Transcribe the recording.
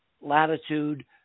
latitude